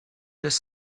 does